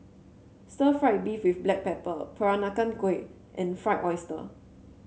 Stir Fried Beef with Black Pepper Peranakan Kueh and Fried Oyster